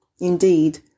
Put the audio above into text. Indeed